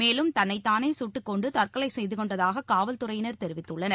மேலும் தன்னைத்தானே கட்டுக்கொண்டு தற்கொலை செய்துகொண்டதாக காவல் துறையினர் தெரிவித்துள்ளனர்